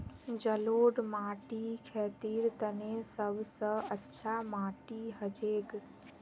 जलौढ़ माटी खेतीर तने सब स अच्छा माटी हछेक